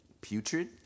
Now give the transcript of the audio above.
putrid